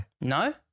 No